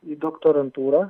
į doktorantūrą